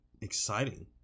exciting